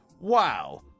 Wow